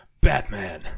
Batman